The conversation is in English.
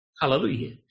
Hallelujah